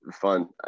fun